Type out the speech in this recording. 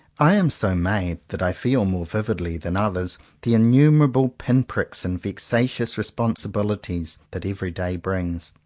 i am so made that i feel more vividly than others the innumerable pin-pricks and vexa tious responsibilities that every day brings.